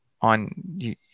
on